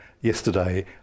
yesterday